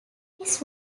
his